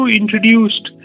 introduced